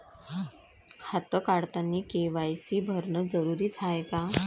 खातं काढतानी के.वाय.सी भरनं जरुरीच हाय का?